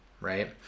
right